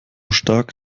stark